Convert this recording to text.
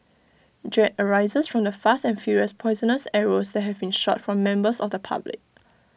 dread arises from the fast and furious poisonous arrows that have been shot from members of the public